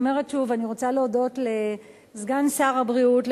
אני אומרת שוב: אני רוצה להודות לסגן שר הבריאות,